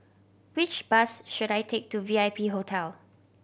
which bus should I take to V I P Hotel